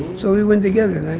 so we went together.